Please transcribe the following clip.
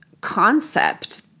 concept